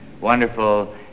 wonderful